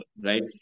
right